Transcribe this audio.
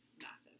massive